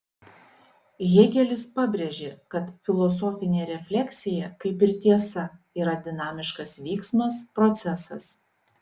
hėgelis pabrėžė kad filosofinė refleksija kaip ir tiesa yra dinamiškas vyksmas procesas